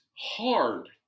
Hard